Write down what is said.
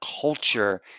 culture